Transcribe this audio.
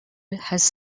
has